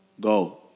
go